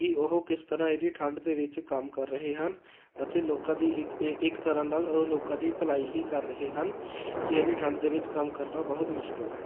ਕਿ ਉਹ ਕਿਸ ਤਰ੍ਹਾਂ ਇੰਨੀ ਠੰਡ ਦੇ ਵਿੱਚ ਕੰਮ ਕਰ ਰਹੇ ਹਨ ਅਤੇ ਲੋਕਾਂ ਦੀ ਇੱਕ ਤਰ੍ਹਾਂ ਨਾਲ ਉਹ ਲੋਕਾਂ ਦੀ ਭਲਾਈ ਹੀ ਕਰ ਰਹੇ ਹਨ ਕਿ ਇੰਨੀ ਠੰਡ ਦੇ ਵਿੱਚ ਕੰਮ ਕਰਨਾ ਬਹੁਤ ਮੁਸ਼ਕਿਲ ਹੈ